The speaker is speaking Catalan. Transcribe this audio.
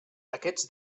aquests